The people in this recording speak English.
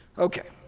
ok,